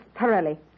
thoroughly